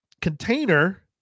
container